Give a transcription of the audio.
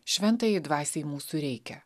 šventajai dvasiai mūsų reikia